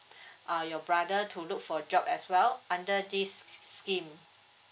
uh your brother to look for job as well under this scheme